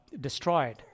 destroyed